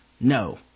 No